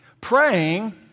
Praying